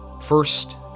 First